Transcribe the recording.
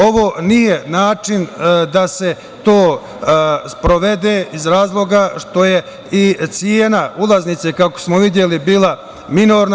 Ovo nije način da se to sprovede iz razloga što je i cena ulaznice, kako smo videli, bila minorna.